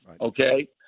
Okay